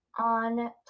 on